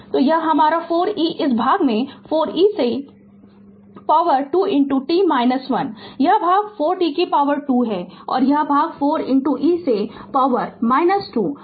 तो यह हमारा 4 e इस भाग 4 e से पॉवर 2 t 1 यह भाग 4 t 2 है और यह भाग 4 e से पॉवर 2 आपका t 1 है